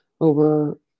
over